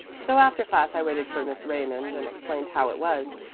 so after class i waited for miss raymond and explained how it was.